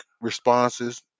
responses